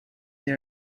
they